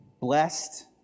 Blessed